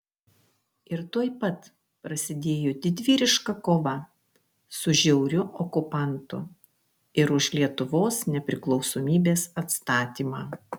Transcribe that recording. ir tuoj pat prasidėjo didvyriška kova su žiauriu okupantu ir už lietuvos nepriklausomybės atstatymą